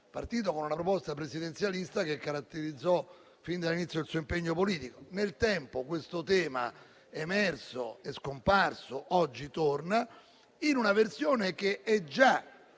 partito con una proposta presidenzialista che caratterizzò fin dall'inizio il suo impegno politico. Nel tempo questo tema è emerso, è scomparso e oggi torna in una versione che è già